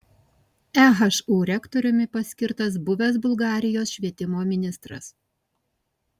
ehu rektoriumi paskirtas buvęs bulgarijos švietimo ministras